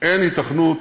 שאין היתכנות